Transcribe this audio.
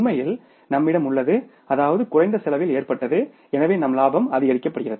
உண்மையில் நம்மிடம் உள்ளது அதாவது குறைந்த செலவில் ஏற்பட்டது எனவே நம் லாபம் அதிகரிக்கப்படுகிறது